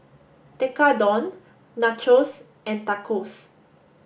Tekkadon Nachos and Tacos